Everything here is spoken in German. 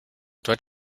dort